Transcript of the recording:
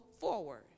forward